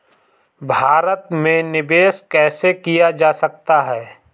भारत में निवेश कैसे किया जा सकता है?